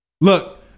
Look